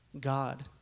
God